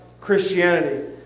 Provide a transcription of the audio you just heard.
Christianity